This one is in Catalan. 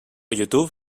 youtube